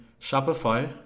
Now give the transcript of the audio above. Shopify